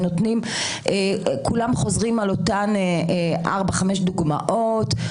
כולם חוזרים על אותן ארבע-חמש דוגמאות.